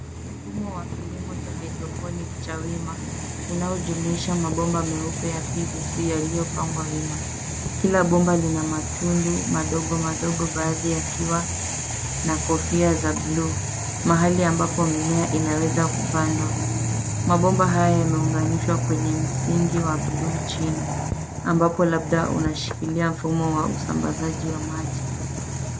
Mfumo wa kilimo cha hydroponic cha wima. Unaojumuisha mabomba meupe ya PVC yaliyopangwa wima. Kila bomba lina matundu madogo madogo baadhi yakiwa na kofia za buluu, mahali ambapo mimea inaweza kupandwa. Mabomba haya yameunganishwa kwenye msingi wa buluu chini, ambao labda unashikilia mfumo wa usambazaji wa maji.